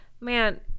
man